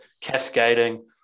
cascading